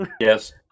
Yes